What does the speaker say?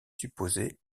supposé